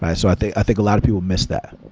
i so think i think a lot of people miss that.